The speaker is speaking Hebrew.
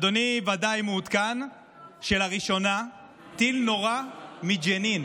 אדוני ודאי מעודכן שלראשונה טיל נורה מג'נין.